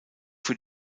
für